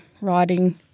writing